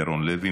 ירון לוי,